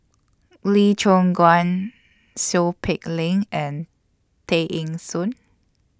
Lee Choon Guan Seow Peck Leng and Tay Eng Soon